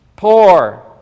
Poor